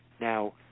Now